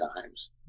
times